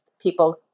people